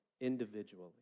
individually